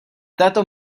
této